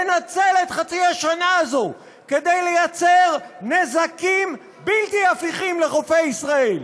לנצל את חצי השנה הזאת כדי לגרום נזקים בלתי הפיכים לחופי ישראל.